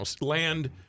land